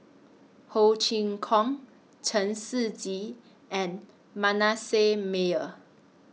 Ho Chee Kong Chen Shiji and Manasseh Meyer